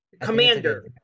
Commander